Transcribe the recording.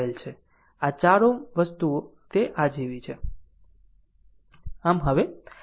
RL છે અને 4 Ω આ વસ્તુઓ તે જેવી છે